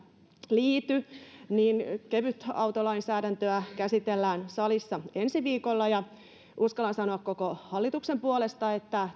liity että kevytautolainsäädäntöä käsitellään salissa ensi viikolla ja uskallan sanoa koko hallituksen puolesta että